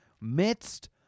midst